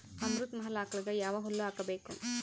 ಅಮೃತ ಮಹಲ್ ಆಕಳಗ ಯಾವ ಹುಲ್ಲು ಹಾಕಬೇಕು?